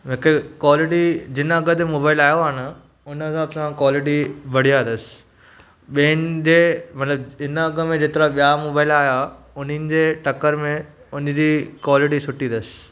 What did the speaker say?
मूंखे क्वालिटी जिन अघ ते मोबाइल आयो आहे न उन हिसाब सां क्वालिटी बढ़िया अथसि ॿियनि जे मतिलबु हिन अॻु में जेतिरा ॿिया मोबाइल आया उन्हनि जे टकर में उन जी क्वालिटी सुठी अथसि